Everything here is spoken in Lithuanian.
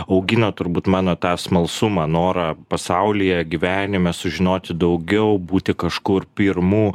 augino turbūt mano tą smalsumą norą pasaulyje gyvenime sužinoti daugiau būti kažkur pirmu